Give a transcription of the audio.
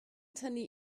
tynnu